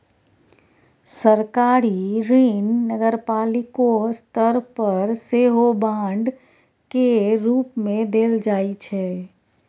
सरकारी ऋण नगरपालिको स्तर पर सेहो बांड केर रूप मे देल जाइ छै